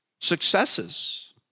successes